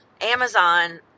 Amazon